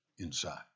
inside